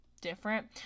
different